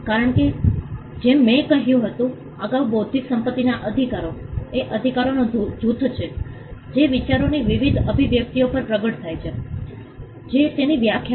કારણ કે જેમ મેં કહ્યું હતું અગાઉ બૌદ્ધિક સંપત્તિના અધિકારો એ અધિકારનો જૂથ છે જે વિચારોની વિવિધ અભિવ્યક્તિઓ પર પ્રગટ થાય છે જે તેની એક વ્યાખ્યા છે